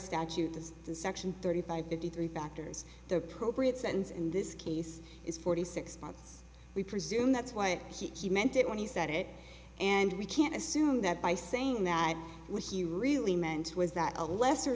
statute as to section thirty five fifty three factors the appropriate sentence in this case is forty six months we presume that's why he meant it when he said it and we can assume that by saying that what he really meant was that a lesser